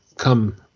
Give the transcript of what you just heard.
come